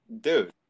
dude